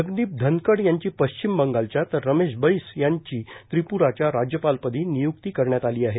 जगदीप धनकड यांची पश्विम बंगालच्या तर रमेश वैस यांची त्रिपुराष्या राज्यपालपदी नियुक्ती करण्यात आली आहे